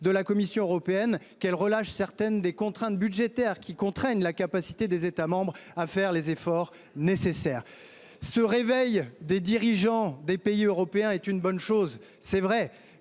de la Commission européenne qu’elle relâche certaines des contraintes budgétaires qui empêchent les États membres de faire les efforts nécessaires. Ce réveil des dirigeants européens est une bonne chose, certes.